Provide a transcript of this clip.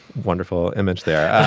wonderful image there.